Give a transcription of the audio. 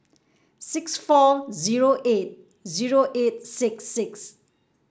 six four zero eight zero eight six six